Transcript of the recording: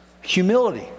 humility